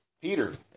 Peter